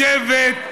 לשבת,